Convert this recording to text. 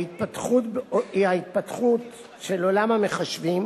ההתפתחות של עולם המחשבים